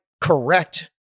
correct